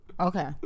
okay